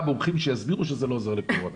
מומחים שיסבירו שזה לא עוזר לקורונה.